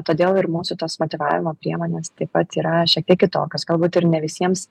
todėl ir mūsų tos motyvavimo priemonės taip pat yra šiek tiek kitokios galbūt ir ne visiems